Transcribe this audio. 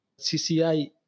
CCI